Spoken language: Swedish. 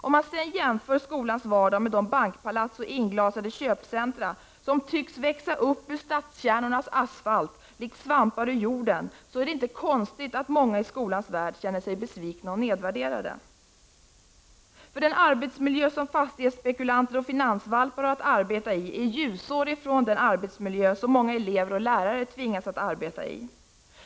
Om man jämför skolans vardag med de bankpalats och inglasade köpcentra som tycks växa upp ur stadskärnornas asfalt likt svampar ur jorden, inser man att det inte är konstigt att många i skolans värld känner sig besvikna och nedvärderade. Den arbetsmiljö som fastighetsspekulanter och finansvalpar har att arbeta i är ljusår från den arbetsmiljö som många elever och lärare tvingas att arbeta i.